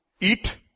eat